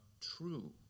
true